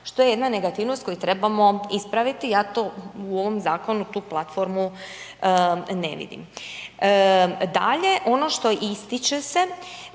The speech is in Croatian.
što je jedna negativnost koju trebamo ispraviti, a to u ovom zakonu tu platformu, ne vidim. Dalje ono što ističe se,